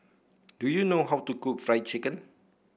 do you know how to cook Fried Chicken